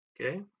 Okay